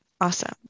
awesome